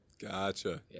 gotcha